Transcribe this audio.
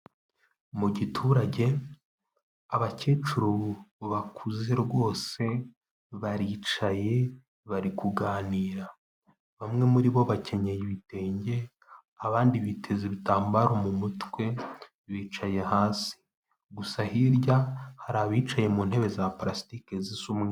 Mu giturage, abakecuru bakuze rwose, baricaye, bari kuganira. Bamwe muri bo bakenyeye ibitenge, abandi biteze ibitambaro mu mutwe, bicaye hasi. Gusa hirya hari abicaye mu ntebe za parasitiki zisa umweru.